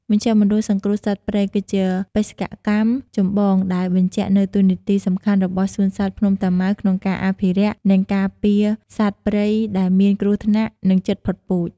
មជ្ឈមណ្ឌលសង្គ្រោះសត្វព្រៃ គឺជាបេសកកម្មចម្បងដែលបញ្ចាក់នូវតួនាទីសំខាន់របស់សួនសត្វភ្នំតាម៉ៅក្នុងការអភិរក្ស និងការពារសត្វព្រៃដែលមានគ្រោះថ្នាក់ និងជិតផុតពូជ។